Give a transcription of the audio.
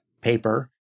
paper